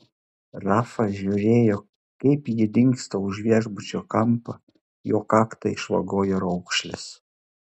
rafa žiūrėjo kaip ji dingsta už viešbučio kampo jo kaktą išvagojo raukšlės